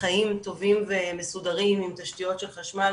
חיים טובים ומסודרים עם תשתיות של חשמל,